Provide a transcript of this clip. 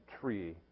tree